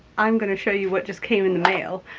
i'm going to show you what just came in the mail.